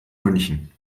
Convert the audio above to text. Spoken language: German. münchen